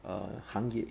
err 行业